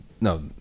No